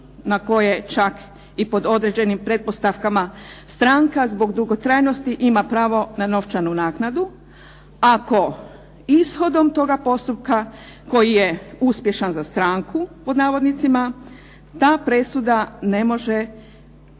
na koje čak po određenim pretpostavkama stranka zbog dugotrajnosti ima pravo na novčanu naknadu ako ishodom toga postupka koji je uspješan za stranku ta presuda ne može provesti,